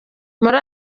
kuri